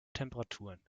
temperaturen